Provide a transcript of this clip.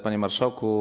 Panie Marszałku!